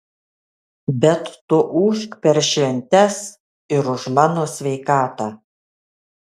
bet tu ūžk per šventes ir už mano sveikatą